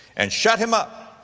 and shut him up,